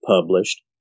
published